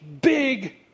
big